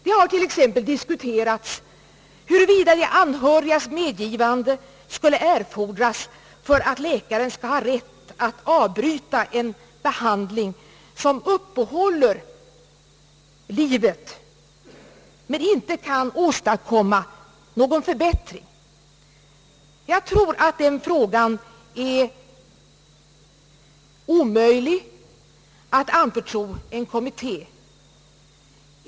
Det har t.ex. diskuterats huruvida de anhörigas medgivande skulle erfordras för att läkaren skall ha rätt att avbryta en behandling som uppehåller livet men inte kan åstadkomma någon förbättring. Jag tror att den frågan är omöjlig att anförtro en kommitté.